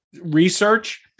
research